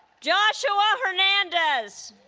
joshua hernandez